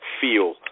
feel